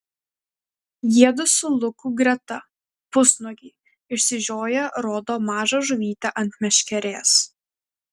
jiedu su luku greta pusnuogiai išsižioję rodo mažą žuvytę ant meškerės